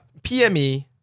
PME